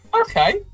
Okay